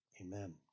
amen